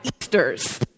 Easters